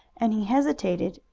and he hesitated,